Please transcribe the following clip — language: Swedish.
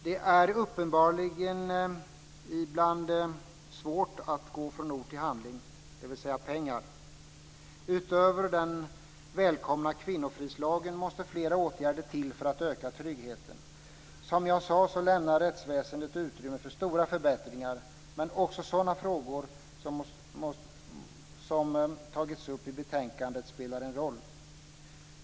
Det är uppenbarligen ibland svårt att gå från ord till handling, dvs. att anslå pengar. Utöver den välkomna kvinnofridslagen måste fler åtgärder till för att öka tryggheten. Som jag sade lämnar rättsväsendet utrymme för stora förbättringar, men också sådana frågor som tagits upp i betänkandet spelar en roll.